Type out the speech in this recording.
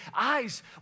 eyes